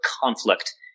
conflict